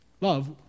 Love